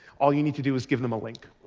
all you need to do is give them a link.